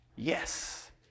Yes